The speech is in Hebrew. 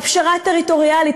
על פשרה טריטוריאלית,